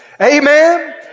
Amen